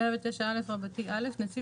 "109א.(א)נציב